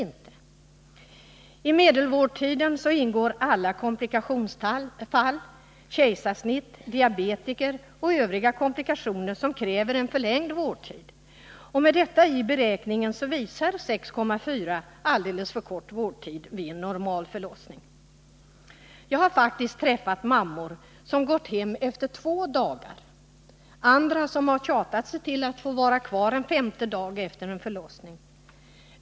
I medelvårdtiden ingår alla komplikationsfall — kejsarsnitt, diabetiker och övriga med komplikationer som kräver en förlängd vårdtid. Med detta i beräkningen visar siffran 6,4 alldeles för kort vårdtid vid en normal förlossning. Jag har faktiskt träffat mammor som gått hem efter två dagar och andra som tjatat sig till att få vara kvar en femte dag efter en förlossning.